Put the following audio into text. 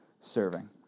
serving